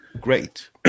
great